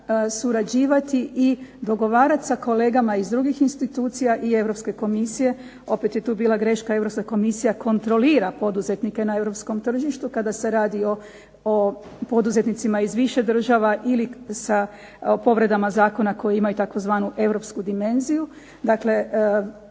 mora surađivati i dogovarati sa kolegama iz drugih institucija i Europske komisije. Opet je tu bila greška, Europska komisija kontrolira poduzetnike na europskom tržištu kada se radi o poduzetnicima iz više država ili sa povredama zakona koji imaju tzv. europsku dimenziju.